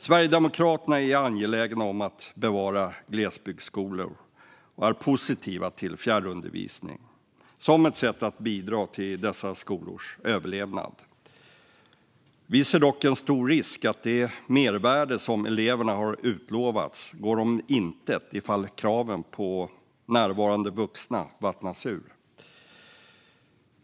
Sverigedemokraterna är angelägna om att bevara glesbygdsskolor och är positiva till fjärrundervisning som ett sätt att bidra till dessa skolors överlevnad. Vi ser dock en stor risk att det mervärde som eleverna har utlovats går om intet ifall kraven på närvarande vuxna vattnas ur.